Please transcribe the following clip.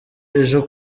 ejo